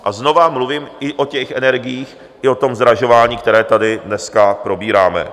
A znova mluvím i o těch energiích, i o tom zdražování, které tady dneska probíráme.